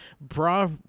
Bra